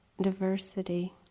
diversity